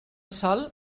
sol